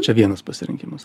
čia vienas pasirinkimas